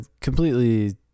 completely